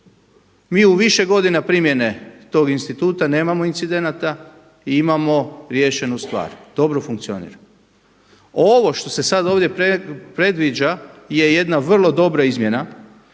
Mi u više godina primjene tog instituta nemao incidenata i imamo riješenu stvar, dobro funkcionira. Ovo što se sada ovdje predviđa je jedna vrlo dobro izmjena.